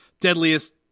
deadliest